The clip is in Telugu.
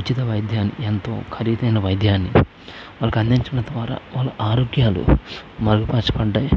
ఉచిత వైద్యాన్ని ఎంతో ఖరీదైన వైద్యాన్ని వాళ్ళకి అందించడం ద్వారా వాళ్ళ ఆరోగ్యాలు మెరుగు పరుచుకుంటాయి